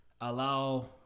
allow